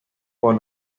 por